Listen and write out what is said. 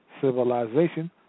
civilization